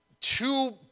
two